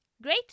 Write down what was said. Great